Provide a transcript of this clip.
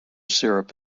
syrup